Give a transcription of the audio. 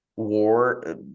war